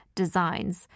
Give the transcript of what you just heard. designs